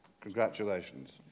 Congratulations